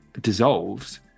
dissolves